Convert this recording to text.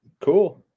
Cool